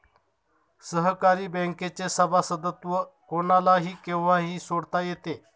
सहकारी बँकेचे सभासदत्व कोणालाही केव्हाही सोडता येते